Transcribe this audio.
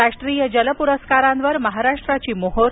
राष्ट्रीय जल पुरस्कारांवर महाराष्ट्राची मोहोर